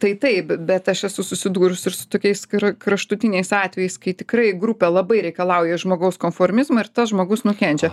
tai taip bet aš esu susidūrus ir su tokiais kraštutiniais atvejais kai tikrai grupė labai reikalauja iš žmogaus konformizmo ir tas žmogus nukenčia